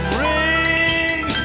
ring